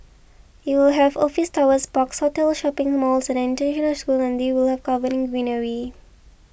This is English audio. it will have office towers parks hotels shopping malls and an international school and they will be covered in greenery